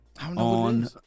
on